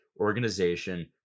organization